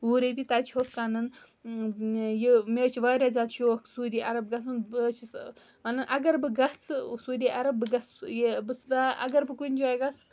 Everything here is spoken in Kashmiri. وُہ رۄپیہِ تَتہِ چھُ ہُتھ کٕنن یہِ مےٚ حظ چھُ واریاہ زیادٕ شوق سعوٗدی عرب گژھنُکھ بہٕ حظ چھَس وَنان اگر بہٕ گژھٕ سعوٗدی عرب بہٕ گژھٕ یہِ بہٕ چھ اگر بہٕ کُنہِ جایہِ گژھٕ